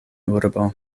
urbo